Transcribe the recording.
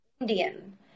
Indian